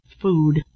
Food